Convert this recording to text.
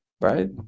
right